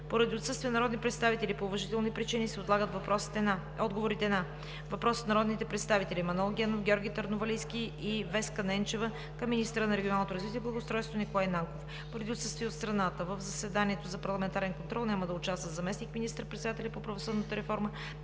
Поради отсъствие на народни представители по уважителни причини се отлага отговорът на въпрос от народните представители Манол Генов, Георги Търновалийски и Веска Ненчева към министъра на регионалното развитие и благоустройството Николай Нанков. Поради отсъствие от страната в заседанието за парламентарен контрол няма да участват заместник министър-председателят по правосъдната реформа